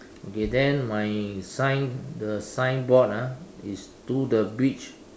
okay then my sign the signboard ah is to the beach